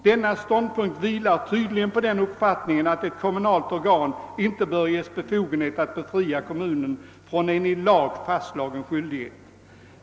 Denna ståndpunkt vilar tydligen på den uppfattningen att kommunalt organ inte bör ges befogenhet att befria kommunen från en i lag fastslagen skyldighet.